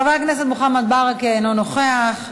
חבר הכנסת מוחמד ברכה, אינו נוכח,